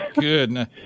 good